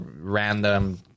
random